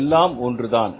எல்லாம் ஒன்றுதான்